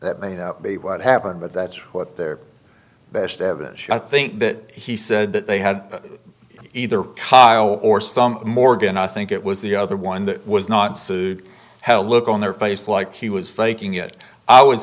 that may be what happened but that's what their best evidence i think that he said that they had either cause or some morgan i think it was the other one that was not sued had a look on their face like he was faking it i would